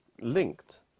linked